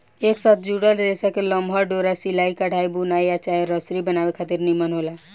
एक साथ जुड़ल रेसा के लमहर डोरा सिलाई, कढ़ाई, बुनाई आ चाहे रसरी बनावे खातिर निमन होला